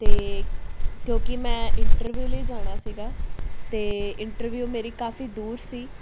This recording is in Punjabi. ਅਤੇ ਕਿਉਂਕਿ ਮੈਂ ਇੰਟਰਵਿਊ ਲਈ ਜਾਣਾ ਸੀਗਾ ਅਤੇ ਇੰਟਰਵਿਊ ਮੇਰੀ ਕਾਫੀ ਦੂਰ ਸੀ